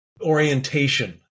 orientation